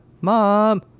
Mom